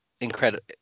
incredible